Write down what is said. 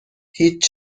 هیچ